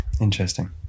Interesting